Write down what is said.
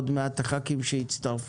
עוד מעט חברי הכנסת שהצטרפו,